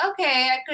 okay